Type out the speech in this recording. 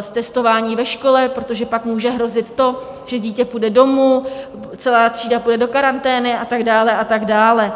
z testování ve škole, protože pak může hrozit to, že dítě půjde domů, celá třída půjde do karantény a tak dále a tak dále.